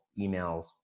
emails